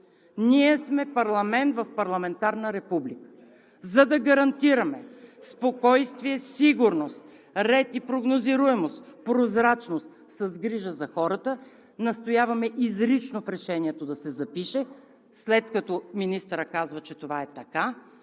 Ние сме парламент в парламентарна република, за да гарантираме спокойствие, сигурност, ред и прогнозируемост, прозрачност. С грижа за хората настояваме в решението изрично да се запише текстът – след като министърът казва, че това е така,